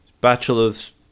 bachelor's